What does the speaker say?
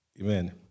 Amen